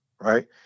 right